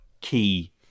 key